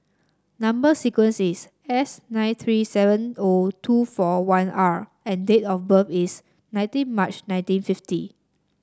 number sequence is S nine three seven O two four one R and date of birth is nineteen March nineteen fifty